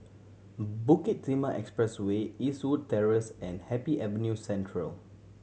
Bukit Timah Expressway Eastwood Terrace and Happy Avenue Central